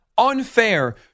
unfair